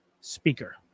speaker